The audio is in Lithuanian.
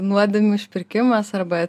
nuodėmių išpirkimas arba